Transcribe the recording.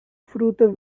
fruta